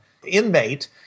Inmate